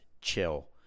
chill